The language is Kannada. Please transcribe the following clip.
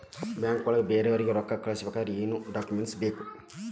ಬ್ಯಾಂಕ್ನೊಳಗ ಬೇರೆಯವರಿಗೆ ರೊಕ್ಕ ಕಳಿಸಬೇಕಾದರೆ ಏನೇನ್ ಡಾಕುಮೆಂಟ್ಸ್ ಬೇಕು?